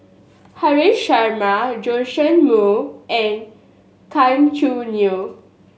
Haresh Sharma Joash Moo and Gan Choo Neo